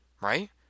Right